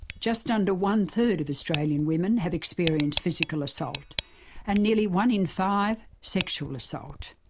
just under one third of australian women have experienced physical assault and nearly one in five, sexual assault.